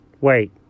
Wait